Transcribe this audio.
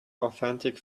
authentic